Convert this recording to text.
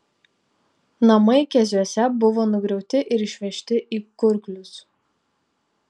namai keziuose buvo nugriauti ir išvežti į kurklius